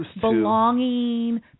belonging